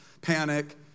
panic